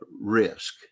risk